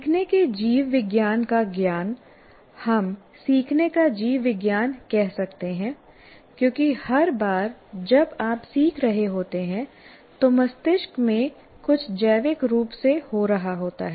सीखने के जीव विज्ञान का ज्ञान हम सीखने का जीव विज्ञान कह सकते हैं क्योंकि हर बार जब आप सीख रहे होते हैं तो मस्तिष्क में कुछ जैविक रूप से हो रहा होता है